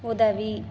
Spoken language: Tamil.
உதவி